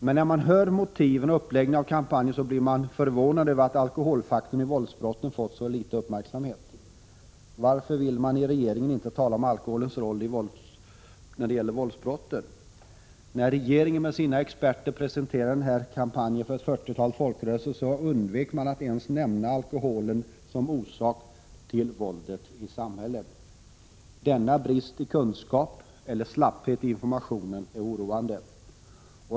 Men när man hör motiven för och uppläggningen av kampanjen blir man förvånad över att alkoholfaktorn i våldsbrotten fått så liten uppmärksamhet. Varför vill man i regeringen inte tala om alkoholens roll i våldsbrotten? När regeringen med sina experter presenterade denna kampanj för ett fyrtiotal folkrörelser undvek man att ens nämna alkoholen som orsak till våldet i samhället. Denna brist i kunskap eller slapphet i informationen är oroande.